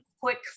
quick